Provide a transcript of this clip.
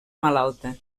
malalta